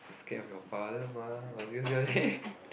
scared of your father mah